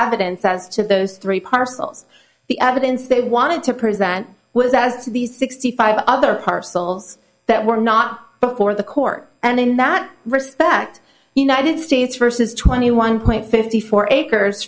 evidence as to those three parcels the evidence they wanted to present was as these sixty five other parcels that were not before the court and in that respect united states versus twenty one point fifty four acres